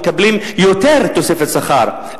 מקבלים יותר תוספת שכר,